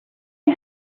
you